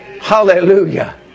Hallelujah